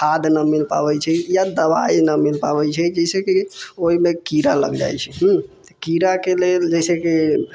खाद न मिल पाबै छै या दवाइ न मिल पाबै छै जैसेकी ओहिमे कीड़ा लग जाइ छै हूँ कीड़ा के लेल जैसेकी